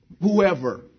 whoever